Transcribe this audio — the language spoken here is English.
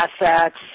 assets